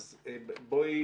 אז בואי,